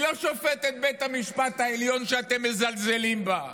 היא לא שופטת בית המשפט העליון, שאתם מזלזלים בה,